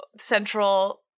central